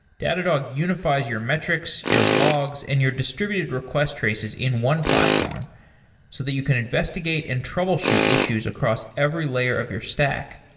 datadog unifies your metrics, your logs and your distributed request request traces in one platform so that you can investigate and troubleshoot issues across every layer of your stack.